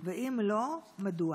4. אם לא, מדוע?